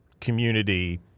community